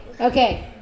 okay